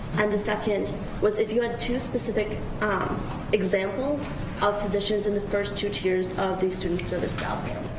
and the second was if you had two specific examples of positions in the first two tiers of the student service?